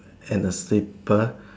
and a slipper